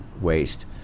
waste